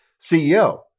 CEO